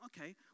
okay